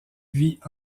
vit